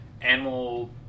animal